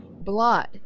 Blood